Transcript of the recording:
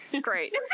great